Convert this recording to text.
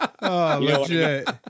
legit